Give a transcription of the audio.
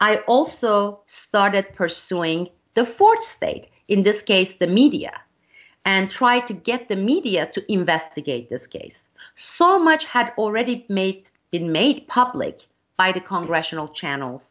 i also started pursuing the fourth state in this case the media and try to get the media to investigate this case so much had already made been made public by the congregational channels